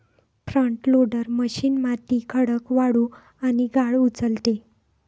front loader machine माती, खडक, वाळू आणि गाळ उचलते